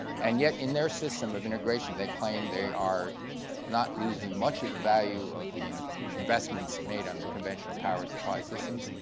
and yet in their system of integration, they claim they are not losing much of the value of the investments made on the conventional power supply systems.